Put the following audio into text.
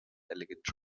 elegant